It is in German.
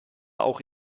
auch